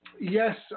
Yes